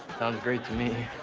sounds great to me.